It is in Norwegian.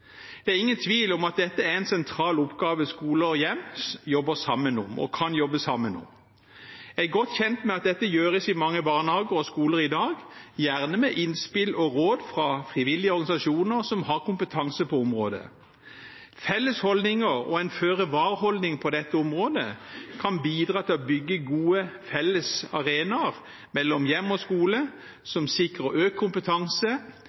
Det er ingen tvil om at dette er en sentral oppgave skole og hjem jobber sammen om – og kan jobbe sammen om. Jeg er godt kjent med at dette gjøres i mange barnehager og skoler i dag, gjerne med innspill og råd fra frivillige organisasjoner som har kompetanse på området. Felles holdninger og en føre var-holdning på dette området kan bidra til å bygge gode felles arenaer mellom hjem og skole som sikrer økt kompetanse,